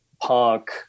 punk